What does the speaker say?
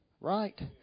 Right